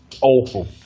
awful